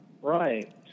Right